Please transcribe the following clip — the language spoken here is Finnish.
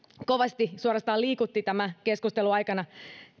kovasti suorastaan liikutti tämän keskustelun aikana